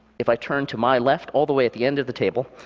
if i turn to my left, all the way at the end of the table,